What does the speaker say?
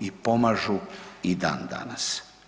i pomažu i dan danas.